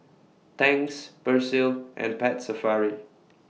Tangs Persil and Pet Safari